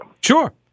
Sure